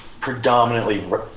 predominantly